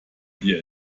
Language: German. dir